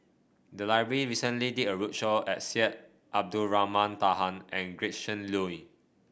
the library recently did a roadshow at Syed Abdulrahman Taha and Gretchen Liu